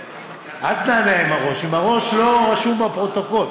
אל תנענע עם הראש, עם הראש זה לא רשום בפרוטוקול.